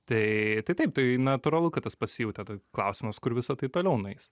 tai tai taip tai natūralu kad tas pasijautė klausimas kur visa tai toliau nueis